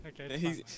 Okay